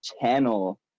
channel